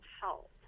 help